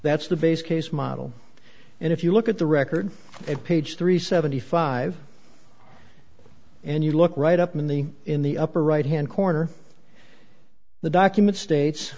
that's the base case model and if you look at the record at page three seventy five and you look right up in the in the upper right hand corner the document states